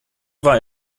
war